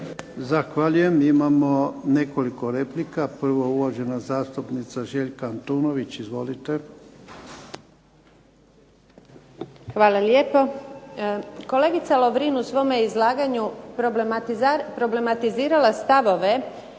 Zahvaljujem. Imamo nekoliko replika. Prvo, uvažena zastupnica Željka Antunović. Izvolite. **Antunović, Željka (SDP)** Hvala lijepo. Kolegica Lovrin je u svome izlaganju problematizirala stavove